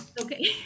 Okay